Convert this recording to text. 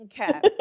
Okay